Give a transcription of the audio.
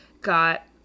got